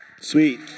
Sweet